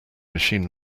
machine